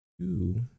two